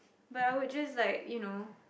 but I would just like you know